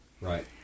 Right